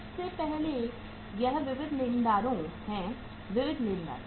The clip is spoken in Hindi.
सबसे पहले यह विविध लेनदारों है विविध लेनदारों